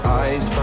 eyes